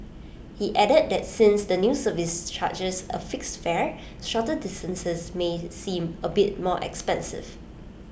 he added that since the new service charges A fixed fare shorter distances may seem A bit more expensive